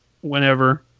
whenever